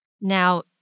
Now